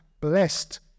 blessed